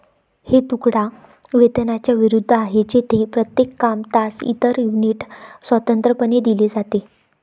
हे तुकडा वेतनाच्या विरुद्ध आहे, जेथे प्रत्येक काम, तास, इतर युनिट स्वतंत्रपणे दिले जाते